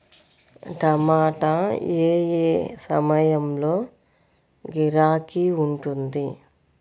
టమాటా ఏ ఏ సమయంలో గిరాకీ ఉంటుంది?